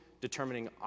determining